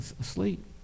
asleep